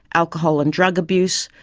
alcohol and drug abuse,